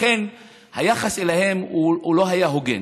לכן היחס אליהם לא היה הוגן.